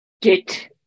get